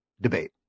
debate